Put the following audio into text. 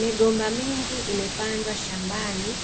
Migomba mingi imepandwa shambani